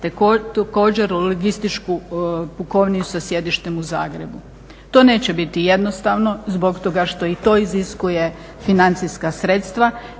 također logističku pukovniju sa sjedištem u Zagrebu. To neće biti jednostavno zbog toga što to iziskuje financijska sredstva,